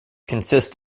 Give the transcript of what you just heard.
consists